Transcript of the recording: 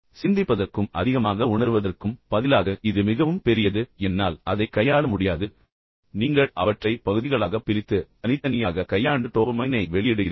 சிந்திப்பதற்கும் அதிகமாக உணருவதற்கும் பதிலாக இது மிகவும் பெரியது என்னால் அதைக் கையாள முடியாது நீங்கள் அவற்றை பகுதிகளாகப் பிரித்து பின்னர் அவற்றை தனித்தனியாகக் கையாண்டு டோபமைனை வெளியிடுகிறீர்கள்